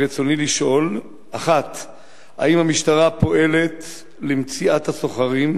רצוני לשאול: 1. האם המשטרה פועלת למציאת הסוחרים?